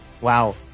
Wow